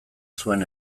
zuen